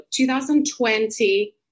2020